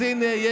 אז הינה,